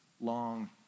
long